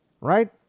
right